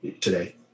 today